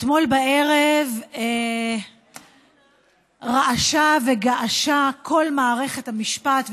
אתמול בערב רעשה וגעשה כל מערכת המשפט,